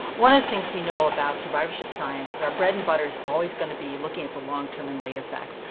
one of the things we know about survivorship science is our bread and butter's always going to be looking at the long-term and late effects,